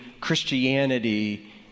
Christianity